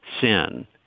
sin